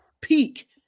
peak